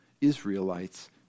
Israelites